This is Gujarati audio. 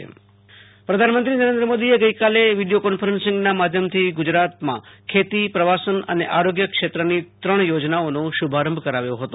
આશુતોષ અંતાણી પ્રધાનમંત્રીઃગુજરાતઃ પ્રધાનમંત્રી નરેન્દ્ર મોદીએ ગઈકાલે વીડિયો કોન્ફરન્સિંગના માધ્યમથી ગુજરાતમાં ખેતી પ્રવાસન અને આરોગ્યક્ષેત્રની ત્રણ યોજનાઓનો શુભારંભ કરાવ્યો હતો